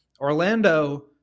orlando